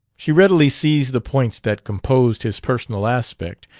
she readily seized the points that composed his personal aspect,